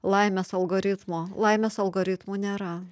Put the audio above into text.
laimės algoritmo laimės algoritmų nėra